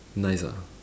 nice ah